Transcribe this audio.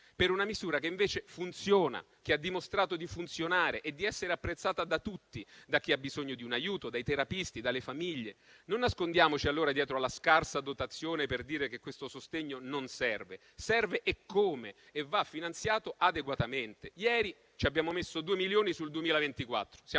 per una misura che invece funziona, che ha dimostrato di funzionare e di essere apprezzata da tutti: da chi ha bisogno di un aiuto, dai terapisti, dalle famiglie. Non nascondiamoci, allora, dietro la scarsa dotazione per dire che questo sostegno non serve: serve eccome e va finanziato adeguatamente. Ieri abbiamo messo due milioni sul 2024.